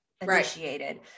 initiated